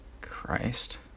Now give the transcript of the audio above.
christ